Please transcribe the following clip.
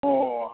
ꯑꯣ